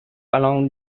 along